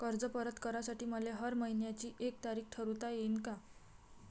कर्ज परत करासाठी मले हर मइन्याची एक तारीख ठरुता येईन का?